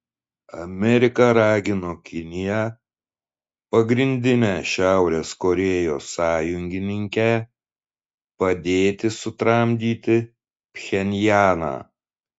amerika ragino kiniją pagrindinę šiaurės korėjos sąjungininkę padėti sutramdyti pchenjaną